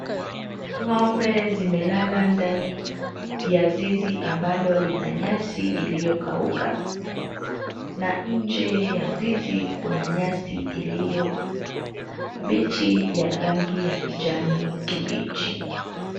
Ng'ombe zimelala ndani ya zizi ambalo lina nyasi iliyokauka na nje ya zizi kuna nyasi iliyo mbichi ya rangi ya kijani kibichi.